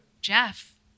Jeff